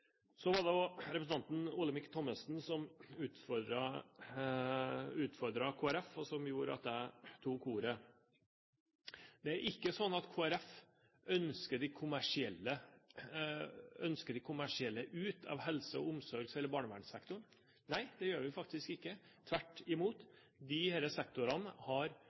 Så var det representanten Olemic Thommessen som utfordret Kristelig Folkeparti, og som gjorde at jeg tok ordet. Det er ikke sånn at Kristelig Folkeparti ønsker de kommersielle ut av helse-, omsorgs- eller barnevernssektoren. Nei, det gjør vi faktisk ikke. Tvert imot, disse sektorene har